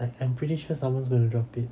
like I'm pretty sure someone's gonna drop it